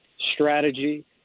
strategy